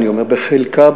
בחלקה,